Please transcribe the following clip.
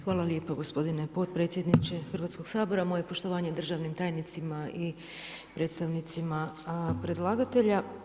Hvala lijepo gospodine podpredsjedniče Hrvatskog sabora, moje poštovanje državnim tajnicima i predstavnicima predlagatelja.